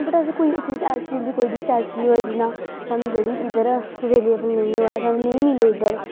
but कोई चीज़ ऐसी होंदी जेह्ड़ी शैल चीज़ दोऐ जेह्ड़ी साह्नू इध्दर अवेलेवल नेंई होऐ नेंई मिलै इद्दर